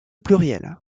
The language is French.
pluriel